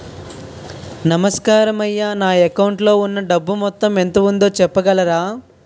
నమస్కారం అయ్యా నా అకౌంట్ లో ఉన్నా డబ్బు మొత్తం ఎంత ఉందో చెప్పగలరా?